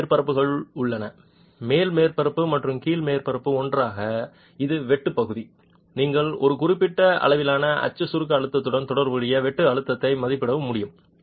இரண்டு மேற்பரப்புகள் உள்ளன மேல் மேற்பரப்பு மற்றும் கீழ் மேற்பரப்பு ஒன்றாக இது வெட்டு பகுதி நீங்கள் ஒரு குறிப்பிட்ட அளவிலான அச்சு சுருக்க அழுத்தத்துடன் தொடர்புடைய வெட்டு அழுத்தத்தை மதிப்பிட முடியும்